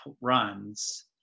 runs